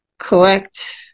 collect